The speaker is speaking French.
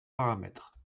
paramètres